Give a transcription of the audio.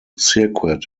circuit